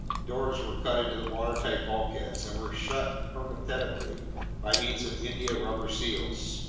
doors were cut into the watertight bulkheads and were shut hermetically by means of india-rubber seals,